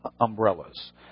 umbrellas